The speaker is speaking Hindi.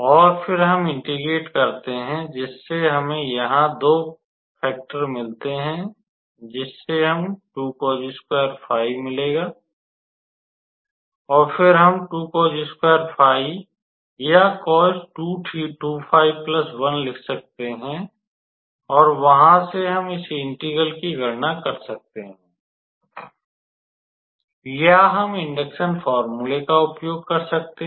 और फिर हम इंटेग्रेट करते हैं जिससे हमें यहां केवल दो फेक्टर मिलते हैं जिससे हमें मिलेगा और फिर हम या लिख सकते हैं और वहां से हम इस इंटेग्रल की गणना कर सकते हैं या हम इंडक्शन फॉर्मूला का उपयोग कर सकते हैं